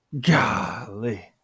Golly